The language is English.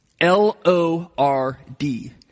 L-O-R-D